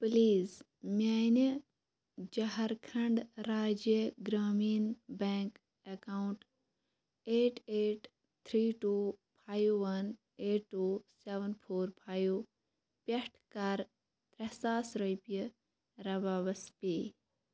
please میٛانہِ Jharkhand Rajya Gramin bank account eight eight three two five one eight two seven four five پٮ۪ٹھ کَرٕ ترٛےٚ ساس رۄپیہِ رَبابس پے